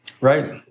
Right